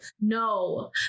No